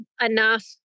enough